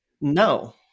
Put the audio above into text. no